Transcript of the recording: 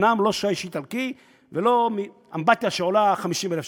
אומנם לא שיש איטלקי ולא אמבטיה שעולה 50,000 שקל,